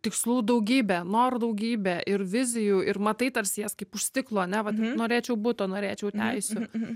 tikslų daugybė norų daugybė ir vizijų ir matai tarsi jas kaip už stiklo ane vat norėčiau buto norėčiau teisių